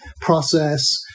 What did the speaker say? process